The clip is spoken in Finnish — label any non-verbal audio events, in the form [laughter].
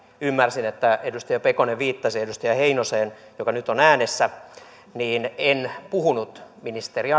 ymmärsin että edustaja pekonen viittasi edustaja heinoseen joka nyt on äänessä en puhunut ministeri [unintelligible]